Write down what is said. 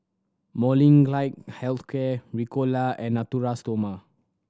Molnylcke Health Care Ricola and Natura Stoma